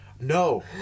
no